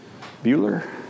Bueller